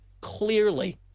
clearly